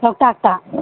ꯂꯣꯛꯇꯥꯛꯇ